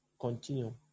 continue